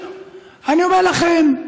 אני אומר לכם,